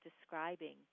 describing